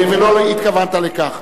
ולא התכוונת לכך.